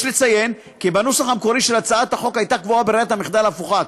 יש לציין כי בנוסח המקורי של הצעת החוק הייתה קבועה ברירת מחדל הפוכה,